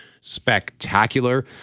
spectacular